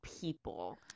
people